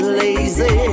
lazy